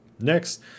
Next